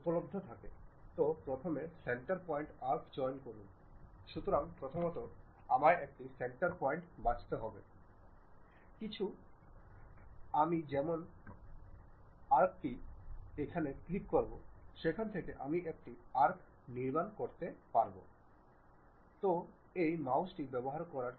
সুতরাং প্রথমত আমাকে হাইলাইট করতে হবে হাইলাইট মানে বাম বাটনটি ক্লিক করুন সেই হোল্ডটির উপরে যান এবং এটি ছেড়ে দিন